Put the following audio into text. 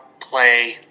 play